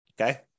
okay